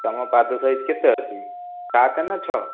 ତମ ପାଦ ସାଇଜ୍ କେତେ ଅଛି ସାତ ନା ଛଅ